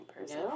person